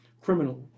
criminal